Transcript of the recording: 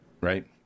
right